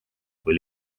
kui